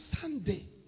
Sunday